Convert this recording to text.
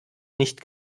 nicht